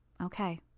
Okay